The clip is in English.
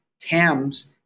TAMs